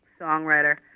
songwriter